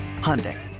Hyundai